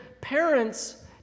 parents